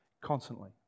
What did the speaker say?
Constantly